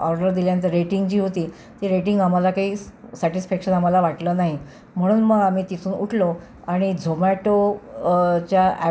order दिल्यानंतर rating जी होती ती रेटिंग आम्हाला काही स् सॅटिस्फॅक्शन आम्हाला वाटलं नाही म्हणून मग आम्ही तिथून उठलो आणि झोमॅटो च्या अॅप